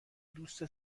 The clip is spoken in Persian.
دوست